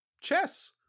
chess